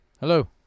hello